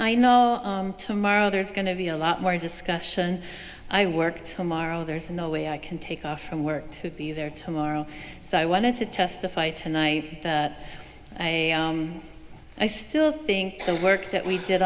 i know tomorrow there's going to be a lot more discussion i work tomorrow there's no way i can take off from work to be there tomorrow so i wanted to testify tonight that i still think the work that we did